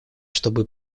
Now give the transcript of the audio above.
чтобы